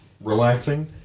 relaxing